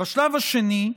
בשלב השני,